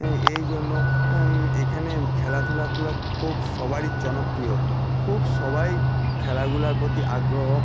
হ্যাঁ এই জন্য এখানে খেলাধূলাগুলো খুব সবারই জনপ্রিয় খুব সবাই খেলাগুলোর প্রতি আগ্রহ